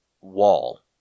wall